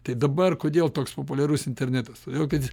tai dabar kodėl toks populiarus internetas kad